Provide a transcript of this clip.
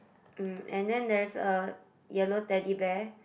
um and then there is a yellow Teddy Bear